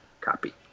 copy